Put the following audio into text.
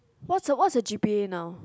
what her what her g_p_a now